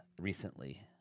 recently